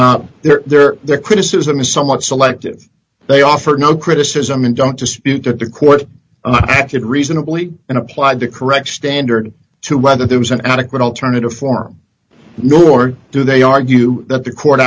there their criticism is somewhat selective they offered no criticism and don't dispute that the court acted reasonably and applied the correct standard to whether there was an adequate alternative form nor do they argue that the court